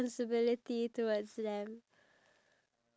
and the poo is like mushy